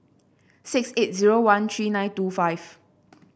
six eight zero one three nine two five